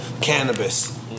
cannabis